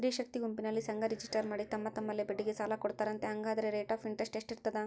ಸ್ತ್ರೇ ಶಕ್ತಿ ಗುಂಪಿನಲ್ಲಿ ಸಂಘ ರಿಜಿಸ್ಟರ್ ಮಾಡಿ ತಮ್ಮ ತಮ್ಮಲ್ಲೇ ಬಡ್ಡಿಗೆ ಸಾಲ ಕೊಡ್ತಾರಂತೆ, ಹಂಗಾದರೆ ರೇಟ್ ಆಫ್ ಇಂಟರೆಸ್ಟ್ ಎಷ್ಟಿರ್ತದ?